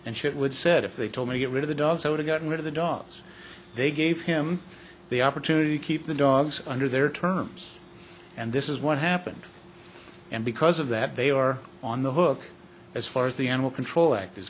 and shit would said if they told me get rid of the dog so to get rid of the dogs they gave him the opportunity to keep the dogs under their terms and this is what happened and because of that they are on the hook as far as the animal control act is